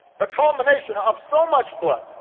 the culmination of so much blood,